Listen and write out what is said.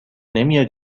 نمیاد